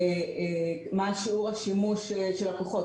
מה שיעור השימוש של לקוחות,